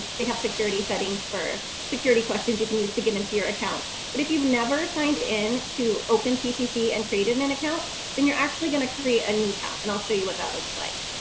they have security settings for security questions you can use to get into your accounts, but if you've never signed in to open ccc and created an and account then you're actually gonna create a new account and i'll show you what that looks like,